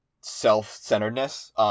self-centeredness